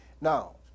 Now